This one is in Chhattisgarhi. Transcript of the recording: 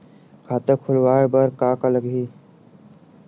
खाता खुलवाय बर का का लगही?